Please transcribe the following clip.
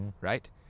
right